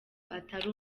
atari